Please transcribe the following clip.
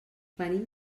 venim